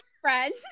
friends